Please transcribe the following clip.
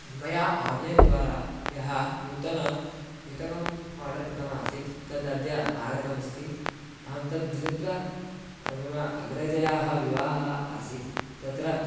मया आन्लैन् द्वारा यः नूतनयुतकम् आर्डर् कृतम् आसीत् तत् अद्य आगतमस्ति अहं तद्धृत्वा मम अग्रजायाः विवाहः आसीत् तत्र